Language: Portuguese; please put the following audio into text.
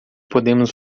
podemos